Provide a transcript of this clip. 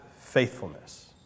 faithfulness